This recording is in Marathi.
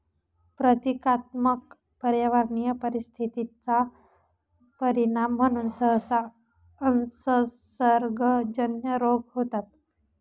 प्रतीकात्मक पर्यावरणीय परिस्थिती चा परिणाम म्हणून सहसा असंसर्गजन्य रोग होतात